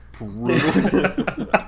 brutal